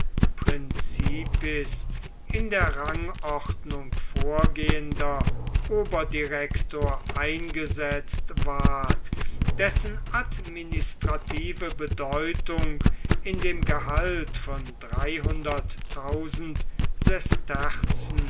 in der rangordnung vorgehender oberdirektor eingesetzt ward dessen administrative bedeutung in dem gehalt von